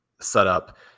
setup